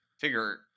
figure